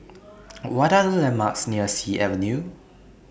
What Are The landmarks near Sea Avenue